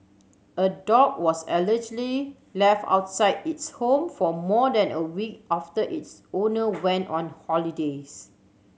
a dog was allegedly left outside its home for more than a week after its owner went on holidays